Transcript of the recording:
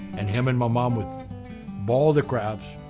and him and my mom would boil the crabs,